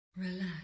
Relax